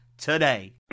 today